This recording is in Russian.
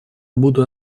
буду